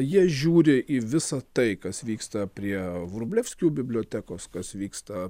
jie žiūri į visą tai kas vyksta prie vrublevskių bibliotekos kas vyksta